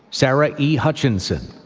sarah e. hutchinson,